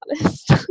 honest